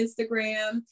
instagram